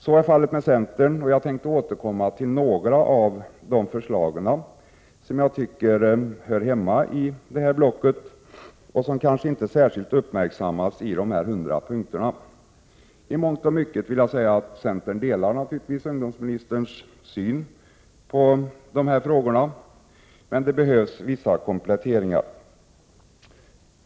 Så är fallet med centern, och jag tänker återkomma till några av våra förslag som jag tycker hör hemma i det här blocket och som kanske inte särskilt uppmärksammats i de 100 punkterna. I mångt och mycket delar centern naturligtvis ungdomsministerns syn på dessa frågor, men det behövs vissa kompletteringar.